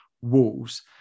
Wolves